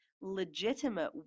legitimate